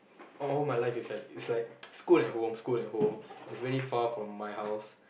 all all my life is like is like school and home school and home it's very far from my house